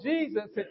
Jesus